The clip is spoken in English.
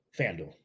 FanDuel